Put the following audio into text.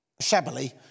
shabbily